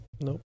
Nope